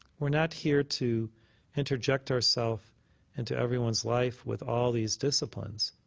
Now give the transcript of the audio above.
we're not here to interject ourselves into everyone's life with all these disciplines.